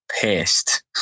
pissed